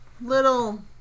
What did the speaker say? little